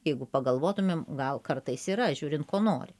jeigu pagalvotumėm gal kartais yra žiūrint ko nori